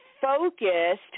focused